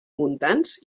muntants